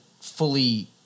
fully